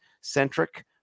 centric